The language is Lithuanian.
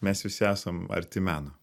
mes visi esam arti meno